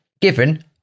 given